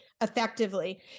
effectively